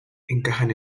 encajan